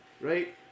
Right